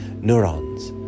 neurons